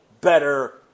better